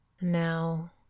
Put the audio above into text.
Now